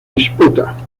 disputa